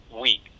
week